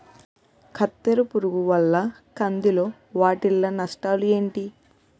కత్తెర పురుగు వల్ల కంది లో వాటిల్ల నష్టాలు ఏంటి